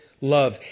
love